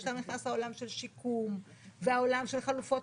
ששם נכנס העולם של שיקום והעולם של חלופות